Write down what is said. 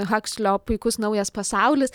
hakslio puikus naujas pasaulis